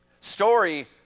story